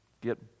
get